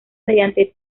mediante